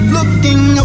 Looking